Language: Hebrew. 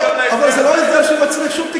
אבל זה הסדר שלא מצריך שום תיקון.